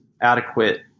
adequate